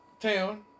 town